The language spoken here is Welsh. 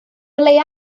leia